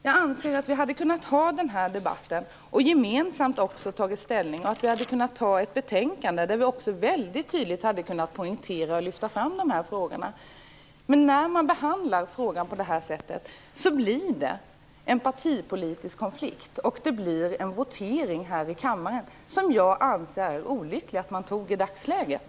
Jag anser att vi hade kunnat ha denna debatt, och att vi gemensamt hade kunnat ta ställning. Vi hade också kunnat ha ett betänkande där vi väldigt tydligt hade poängterat och lyft fram de här frågorna. Men när man behandlar frågan på det här sättet, blir det en partipolitisk konflikt. Det blir en votering här i kammaren, något som jag anser vara olyckligt i dagsläget.